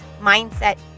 mindset